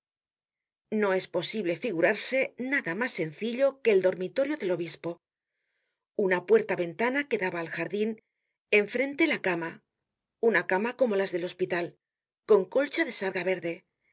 no es posible figurarse nada mas sencillo que el dormitorio del obispo una puerta ventana que daba al jardin enfrente la cama una cama como las del hospital con colcha de sarga verde en